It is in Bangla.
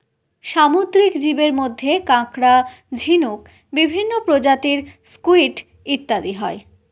সামুদ্রিক জীবের মধ্যে কাঁকড়া, ঝিনুক, বিভিন্ন প্রজাতির স্কুইড ইত্যাদি হয়